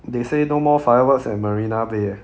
they say no more fireworks at marina bay eh